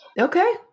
Okay